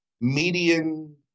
median